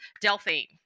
Delphine